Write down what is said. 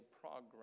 progress